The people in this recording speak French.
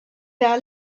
vers